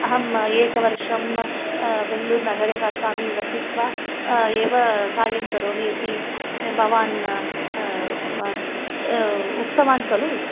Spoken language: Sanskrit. अहम् एकवर्षं बेङ्ग्लूरुनगरे वसामि वसित्वा एव कार्यं करोमि इति भवान् उक्तवान् खलु